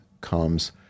comes